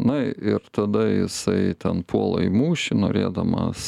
na ir tada jisai ten puola į mūšį norėdamas